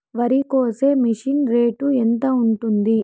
వరికోసే machine rate ఎంత ఉంటుంది?